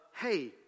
hey